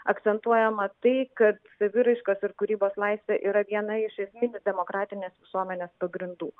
akcentuojama tai kad saviraiškos ir kūrybos laisvė yra viena iš esminių demokratinės visuomenės pagrindų